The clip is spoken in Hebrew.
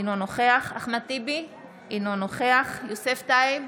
אינו נוכח אחמד טיבי, אינו נוכח יוסף טייב,